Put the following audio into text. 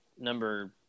number